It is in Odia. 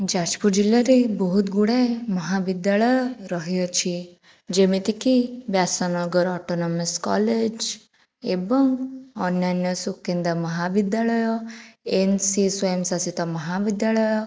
ଯାଜପୁର ଜିଲ୍ଲାରେ ବହୁତ ଗୁଡ଼ାଏ ମହାବିଦ୍ୟାଳୟ ରହିଅଛି ଯେମିତି କି ବ୍ୟାସନଗର ଅଟୋନମସ୍ କଲେଜ ଏବଂ ଅନ୍ୟାନ୍ୟ ସୁକିନ୍ଦା ମହାବିଦ୍ୟାଳୟ ଏନ୍ ସି ସ୍ଵୟଂଶାସିତ ମହାବିଦ୍ୟାଳୟ